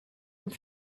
and